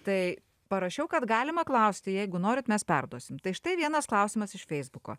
tai parašiau kad galima klausti jeigu norit mes perduosim tai štai vienas klausimas iš feisbuko